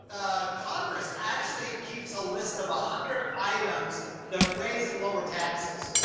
ah, congress actually keeps a list of a hundred items that raise and lower taxes.